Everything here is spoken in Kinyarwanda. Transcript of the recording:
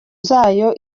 zayo